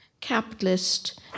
capitalist